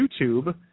YouTube